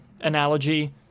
analogy